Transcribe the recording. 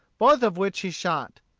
both of which he shot.